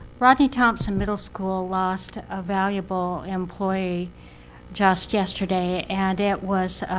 rodney thompson middle school lost a valuable employee just yesterday. and it was